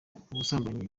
ubusambanyi